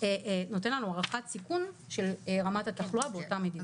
נותן לנו הערכת סיכון של רמת התחלואה באותה מדינה.